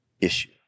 issue